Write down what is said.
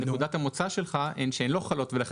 נקודת המוצא שלך היא שהן לא חלות ולכן